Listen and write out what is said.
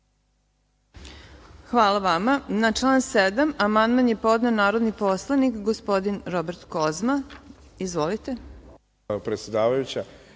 Hvala vama. Na član 7. amandman je podneo narodi poslanik gospodin Robert Kozma. Izvolite.